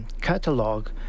catalog